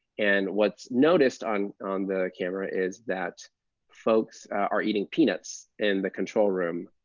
and what's noticed on the camera is that folks are eating peanuts in the control room.